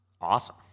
awesome